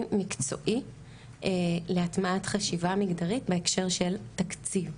מקצועי להטמעת חשיבה מגדרית בהקשר של תקציב.